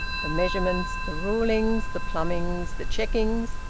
the measurements, the rulings, the plumbings, the checkings!